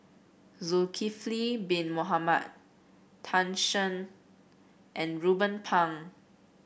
Zulkifli Bin Mohamed Tan Shen and Ruben Pang